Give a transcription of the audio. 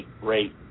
great